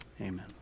Amen